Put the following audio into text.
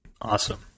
Awesome